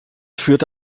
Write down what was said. führt